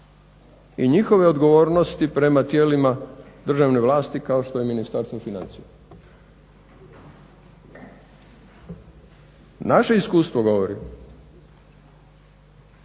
i njihove odgovornosti prema tijelima državne vlasti kao što je Ministarstvo financija. Naše iskustvo govori,